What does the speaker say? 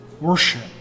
worship